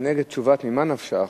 כנגד תשובת ממה נפשך,